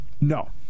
No